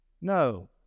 No